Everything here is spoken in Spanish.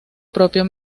propio